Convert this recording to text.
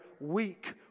weak